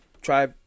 try